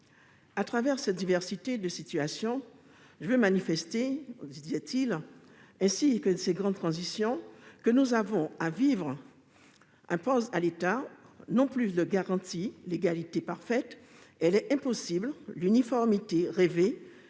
À travers cette diversité de situations, je veux manifester ainsi que ces grandes transitions que nous avons à vivre imposent à l'État non plus de garantir l'égalité parfaite- elle est impossible -, l'uniformité rêvée-